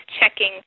checking